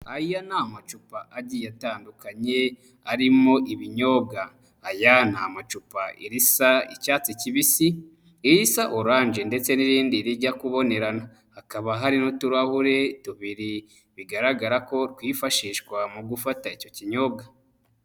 Aya ni amacupa agiye atandukanye arimo ibinyobwa. Aya ni amacupa irisa icyatsi kibisi, irisa orange ndetse n'irindi rijya kubonerana. Hakaba hari n'uturahure tubiri bigaragara ko twifashishwa mu gufata icyo kinyobwa.